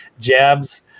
jabs